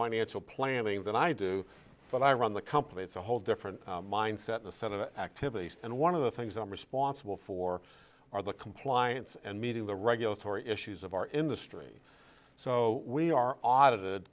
financial planning than i do but i run the company it's a whole different mindset the set of activities and one of the things i'm responsible for are the compliance and meeting the regulatory issues of our industry so we are audited